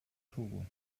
togo